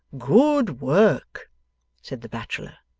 good work said the bachelor.